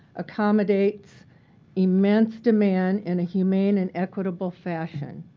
accommodates immense demand in a humane and equitable fashion.